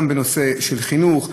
גם בנושא של חינוך,